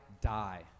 die